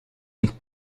een